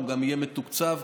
הוא גם יהיה מתוקצב,